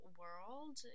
world